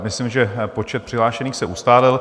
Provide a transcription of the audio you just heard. Myslím, že počet přihlášených se ustálil.